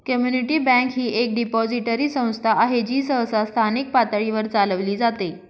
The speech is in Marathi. कम्युनिटी बँक ही एक डिपॉझिटरी संस्था आहे जी सहसा स्थानिक पातळीवर चालविली जाते